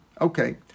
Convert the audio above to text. Okay